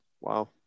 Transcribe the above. Wow